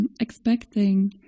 expecting